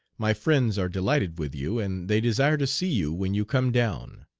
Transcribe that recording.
my friends are delighted with you, and they desire to see you when you come down.